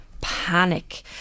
panic